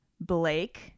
Blake